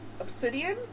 obsidian